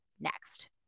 next